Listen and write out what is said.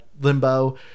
Limbo